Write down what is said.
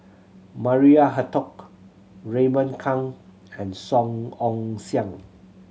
Maria Hertogh Raymond Kang and Song Ong Siang